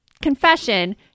confession